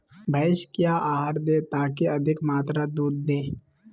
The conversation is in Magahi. भैंस क्या आहार दे ताकि अधिक मात्रा दूध दे?